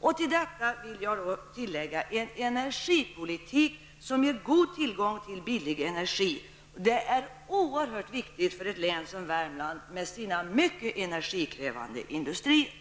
Och till detta vill jag lägga till en energipolitik som ger god tillgång till billig energi. Det är oerhört viktigt för ett län som Värmland med sina mycket energikrävande industrier.